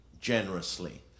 generously